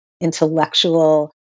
intellectual